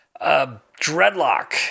dreadlock